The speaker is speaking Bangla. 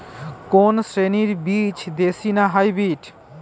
কোন শ্রেণীর বীজ দেশী না হাইব্রিড?